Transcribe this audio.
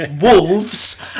wolves